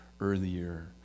earlier